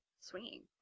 swinging